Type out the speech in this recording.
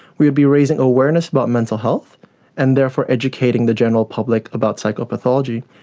we'd be raising awareness about mental health and therefore educating the general public about psychopathology,